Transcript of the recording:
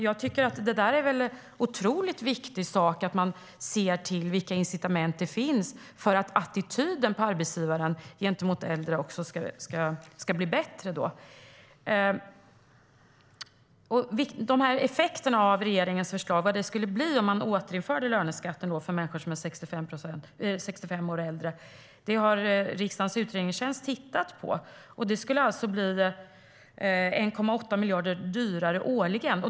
Jag tycker alltså att det är en otroligt viktig sak att se till vilka incitament som finns för att arbetsgivarnas attityd mot äldre ska bli bättre. Vad effekterna av regeringens förslag skulle bli om man återinförde löneskatten för människor som är 65 år och äldre har riksdagens utredningstjänst tittat på. Det skulle bli 1,8 miljarder dyrare årligen.